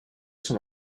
son